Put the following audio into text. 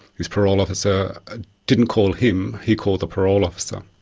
his parole officer didn't call him, he called the parole officer,